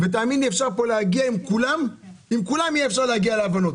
עם כולם יהיה אפשר להגיע להבנות.